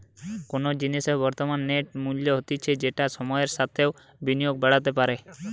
কোনো জিনিসের বর্তমান নেট মূল্য হতিছে যেটা সময়ের সাথেও বিনিয়োগে বাড়তে পারে